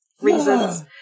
Reasons